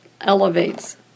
elevates